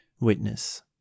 witness